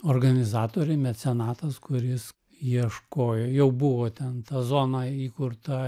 organizatoriai mecenatas kuris ieškojo jau buvo ten ta zona įkurta